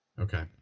Okay